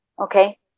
Okay